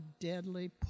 deadly